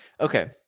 Okay